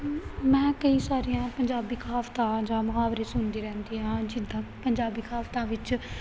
ਮੈਂ ਕਈ ਸਾਰੀਆਂ ਪੰਜਾਬੀ ਕਹਾਵਤਾਂ ਜਾਂ ਮੁਹਾਵਰੇ ਸੁਣਦੀ ਰਹਿੰਦੀ ਹਾਂ ਜਿੱਦਾਂ ਪੰਜਾਬੀ ਕਹਾਵਤਾਂ ਵਿੱਚ